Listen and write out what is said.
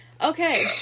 Okay